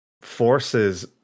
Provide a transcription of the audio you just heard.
forces